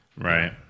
right